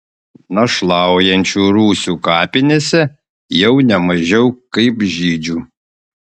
našlaujančių rusių kapinėse jau ne mažiau kaip žydžių